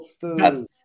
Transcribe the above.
food